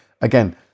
again